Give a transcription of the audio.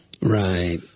Right